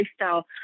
lifestyle